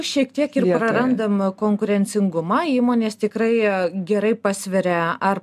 šiek tiek prarandam konkurencingumą įmonės tikrai gerai pasveria ar